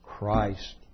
Christ